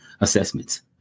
assessments